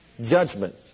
Judgment